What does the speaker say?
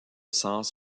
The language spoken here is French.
sens